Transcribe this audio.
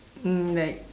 um like